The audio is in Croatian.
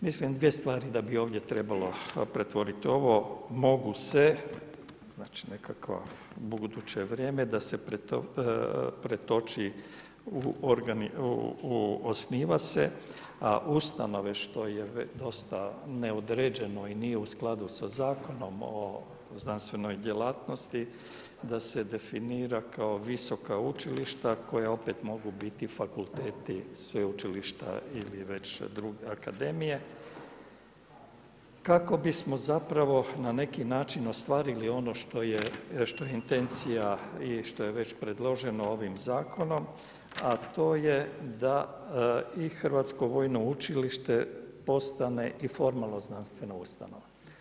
Mislim dvije stvari da bi ovdje trebalo pretvoriti ovo, mogu se znači nekakvo buduće vrijeme da se pretoči u osniva se, a ustanove što je dosta neodređeno i nije u skladu sa Zakonom o znanstvenoj djelatnosti da se definira kao visoka učilišta koja opet mogu biti fakulteti, sveučilišta ili već akademije kako bismo na neki način ostvarili ono što je intencija i što je već predloženo ovim zakonom, a to je da i Hrvatsko vojno učilište postane i formalno znanstvena ustanova.